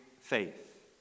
faith